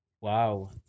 wow